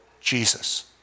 Jesus